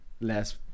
less